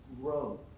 grow